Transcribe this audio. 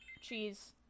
Cheese